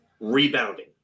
rebounding